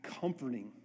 comforting